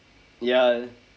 ya